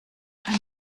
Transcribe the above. ein